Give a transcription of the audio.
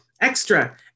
extra